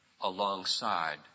alongside